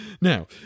Now